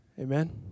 Amen